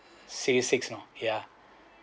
C six you know yeah